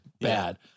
Bad